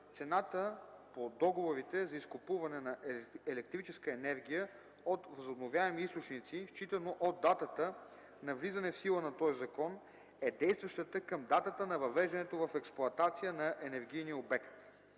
цената по договорите за изкупуване на електрическа енергия от възобновяеми източници, считано от датата на влизане в сила на този закон, е действащата към датата на въвеждането в експлоатация на енергийния обект.